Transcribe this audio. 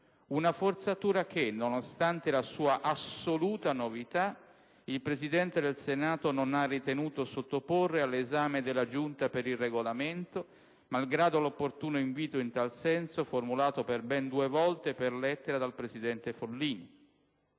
Una forzatura che, nonostante la sua assoluta novità, il Presidente del Senato non ha ritenuto di sottoporre all'esame della Giunta per il Regolamento, malgrado l'opportuno invito in tal senso formulato per ben due volte per lettera dal presidente Follini.